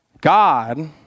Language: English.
God